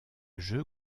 jeu